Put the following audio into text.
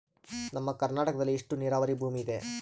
ನಮ್ಮ ಕರ್ನಾಟಕದಲ್ಲಿ ಎಷ್ಟು ನೇರಾವರಿ ಭೂಮಿ ಇದೆ?